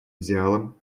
идеалам